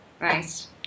Nice